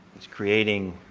it's creating